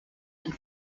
and